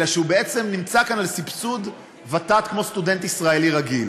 אלא שהוא בעצם נמצא כאן על סבסוד ות"ת כמו סטודנט ישראלי רגיל.